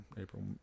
april